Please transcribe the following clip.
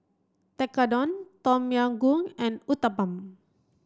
Tekkadon Tom Yam Goong and Uthapam